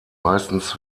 meistens